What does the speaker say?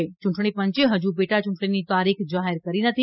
યૂંટણીપંચે હજુ પેટાચૂંટણીની તારીખ જાહેર કરી નથી